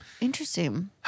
Interesting